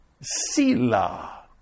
Sila